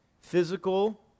physical